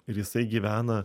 ir jisai gyvena